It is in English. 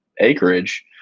acreage